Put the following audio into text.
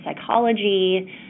psychology